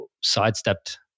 sidestepped